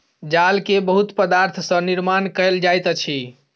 जाल के बहुत पदार्थ सॅ निर्माण कयल जाइत अछि